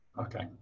Okay